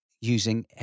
using